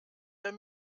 der